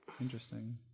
Interesting